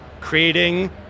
creating